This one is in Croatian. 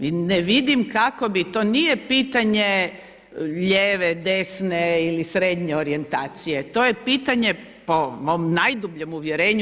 I ne vidim kako bi, to nije pitanje lijeve, desne ili srednje orijentacije, to je pitanje po mom najdubljem uvjerenu.